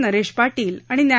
नरेश पाटील आणि न्या